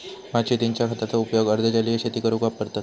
भात शेतींच्या खताचो उपयोग अर्ध जलीय शेती करूक वापरतत